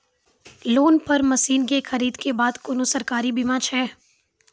Loan पर मसीनऽक खरीद के बाद कुनू सरकारी बीमा छै?